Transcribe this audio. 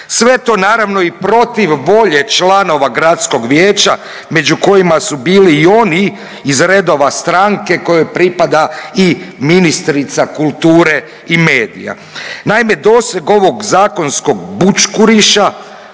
Sve to naravno i protiv volje članova gradskog vijeća među kojima su bili i oni iz redova stranke kojoj pripada i ministrica kulture i medija. Naime, doseg ovog zakonskog bućkuriša,